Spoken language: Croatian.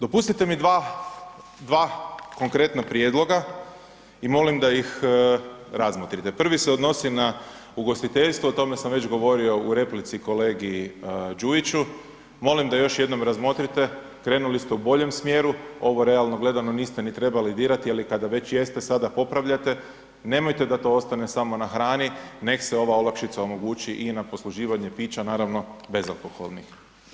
Dopustite mi dva, dva konkretna prijedloga i molim da ih razmotrite, prvi se odnosi na ugostiteljstvo, o tome sam već govorio u replici kolegi Đujiću, molim da još jednom razmotrite, krenuli ste u boljem smjeru, ovo realno gledano niste ni trebali dirati je li kada već jeste sada popravljate, nemojte da to ostane samo na hrani, nek se ova olakšica omogući i na posluživanje pića, naravno bezalkoholnih.